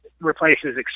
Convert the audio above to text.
replaces